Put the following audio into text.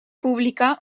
publicà